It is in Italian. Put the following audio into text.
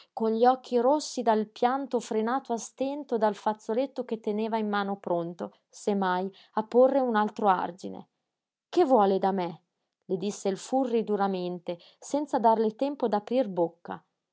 con gli occhi rossi dal pianto frenato a stento dal fazzoletto che teneva in mano pronto se mai a porre un altro argine che vuole da me le disse il furri duramente senza darle tempo d'aprir bocca